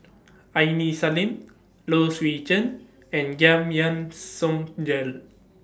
Aini Salim Low Swee Chen and Giam Yean Song Gerald